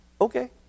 okay